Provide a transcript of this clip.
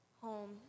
home